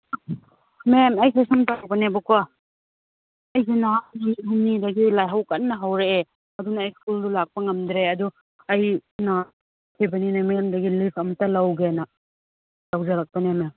ꯃꯦꯝ ꯑꯩꯗꯣ ꯁꯨꯝ ꯇꯧꯔꯛꯄꯅꯦꯕꯀꯣ ꯑꯩꯁꯦ ꯅꯍꯥꯟ ꯅꯨꯃꯤꯠ ꯍꯨꯝꯅꯤꯗꯒꯤ ꯂꯥꯏꯍꯧ ꯀꯟꯅ ꯍꯧꯔꯛꯑꯦ ꯑꯗꯨꯅ ꯁ꯭ꯀꯨꯜꯗꯨ ꯂꯥꯛꯄ ꯉꯝꯗ꯭ꯔꯦ ꯑꯗꯨ ꯑꯩꯅ ꯂꯥꯛꯇ꯭ꯔꯕꯅꯤꯅ ꯃꯦꯝꯗꯒꯤ ꯂꯤꯐ ꯑꯝꯇ ꯂꯧꯒꯦꯅ ꯇꯧꯖꯔꯛꯄꯅꯦ ꯃꯦꯝ